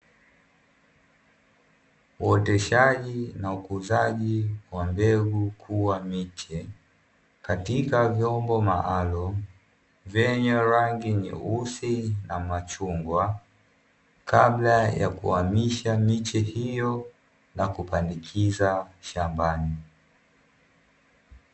Uoteshaji na ukuzaji wa mbegu kuwa miche, katika vyombo maalumu vyenye rangi nyeusi na machungwa kabla ya kuhamisha miche hiyo na kupandikiza shambani.